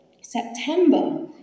September